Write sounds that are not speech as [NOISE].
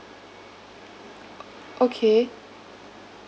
[NOISE] okay